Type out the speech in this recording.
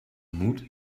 mut